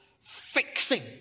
fixing